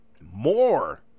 more